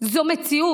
זו מציאות.